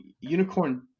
Unicorn